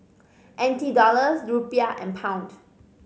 N T Dollars Rupiah and Pound